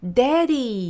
daddy